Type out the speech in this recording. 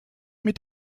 mit